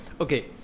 okay